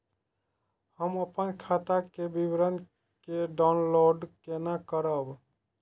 हम अपन खाता के विवरण के डाउनलोड केना करब?